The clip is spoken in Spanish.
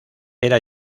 era